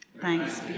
Thanks